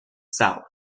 south